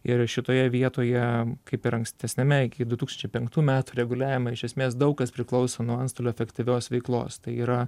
ir šitoje vietoje kaip ir ankstesniame iki du tūkstančiai penktų metų reguliavimą iš esmės daug kas priklauso nuo antstolio efektyvios veiklos tai yra